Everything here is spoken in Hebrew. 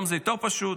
היום זה יותר פשוט,